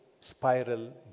spiral